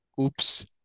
Oops